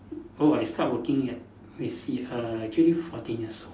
oh I start working at let me see uh actually fourteen years old